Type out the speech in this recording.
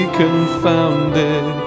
confounded